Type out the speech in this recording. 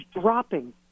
dropping